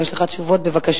אם יש לך תשובות, בבקשה.